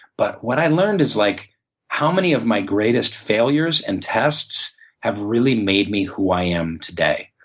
but what i learned is like how many of my greatest failures and tests have really made me who i am today.